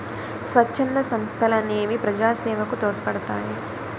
స్వచ్ఛంద సంస్థలనేవి ప్రజాసేవకు తోడ్పడతాయి